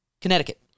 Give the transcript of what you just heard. Connecticut